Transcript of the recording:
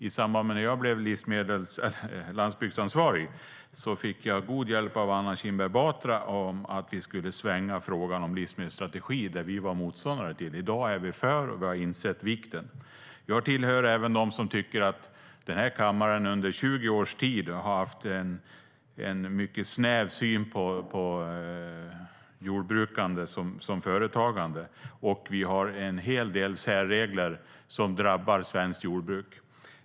I samband med att jag blev landsbygdsansvarig fick jag god hjälp av Anna Kinberg Batra när det gäller att vi ska svänga i frågan om en livsmedelsstrategi. Vi var motståndare till en sådan, men i dag är vi för och har insett vikten av en livsmedelsstrategi. Jag tillhör även dem som tycker att den här kammaren under 20 års tid har haft en mycket snäv syn på jordbrukande som företagande. Vi har en hel del särregler som drabbar svenskt jordbruk.